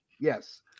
Yes